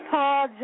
Paul